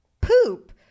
poop